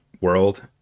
world